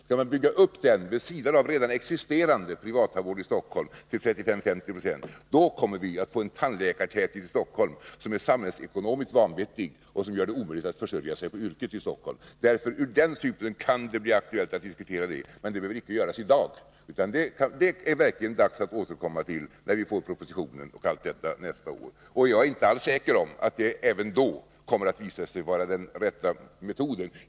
Skall man bygga ut den, vid sidan av redan existerande privattandvård i Stockholm, till 35-50 20, så kommer vi att få en tandläkartäthet i Stockholm som är samhällsekonomiskt vanvettig och som gör det omöjligt att försörja sig på yrket i Stockholm. Ur Nr 49 denna synpunkt kan det bli aktuellt att diskutera en reglering, men det Tisdagen den behöver icke göras i dag. Det är det verkligen dags att återkomma till när vi 14 december 1982 nästa år får propositionen. Och jag är inte alls säker på att det ens då kommer att visa sig vara den rätta metoden.